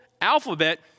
alphabet